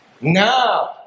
Now